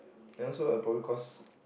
and also err probably cause